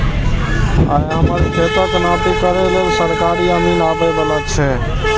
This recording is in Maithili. आइ हमर खेतक नापी करै लेल सरकारी अमीन आबै बला छै